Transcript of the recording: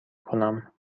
کنم